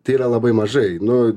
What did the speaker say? tai yra labai mažai nu